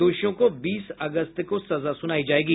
दोषियों को बीस अगस्त को सजा सुनाई जायेगी